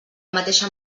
mateixa